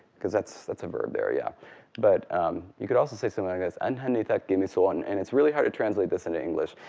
because that's that's a verb there. yeah but you could also say something like this, anha nithak kemisoon, and it's really hard to translate this into and english.